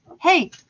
hey